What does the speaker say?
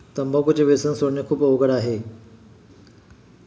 तंबाखूचे व्यसन सोडणे खूप अवघड आहे